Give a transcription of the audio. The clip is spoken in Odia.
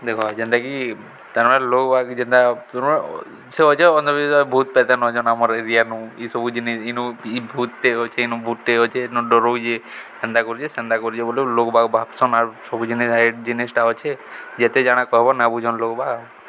ଦେଖ ଯେନ୍ତାକି କି ତନୁ ଲୋଗ୍ବାକ ଯେନ୍ତା ତେଣୁ ସେ ଅଛ ଅନ୍ଧବିଶ୍ୱାସ ଭୁତ ପାଇତନ୍ ଅଛନ୍ ଆମର ଏରିଆନୁ ଏଇସବୁ ଜିନି ଇନୁ ଇ ଭୂତ୍ଟେ ଅଛେ ଇନୁ ଭୁତ୍ଟେ ଅଛେ ଏନୁ ଡ଼ରଉଛେ ଏନ୍ତା କରୁଛେ ସେନ୍ତା କରୁଛେ ବୋଲେ ଲୋଗ୍ ଭାବସନ୍ ଆର୍ ସବୁ ଜିନି ଜିନିଷ୍ଟା ଅଛେ ଯେତେ ଜାଣା କହବ ନା ବୁଝନ୍ ଲୋଗ୍ବା